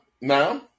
now